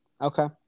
Okay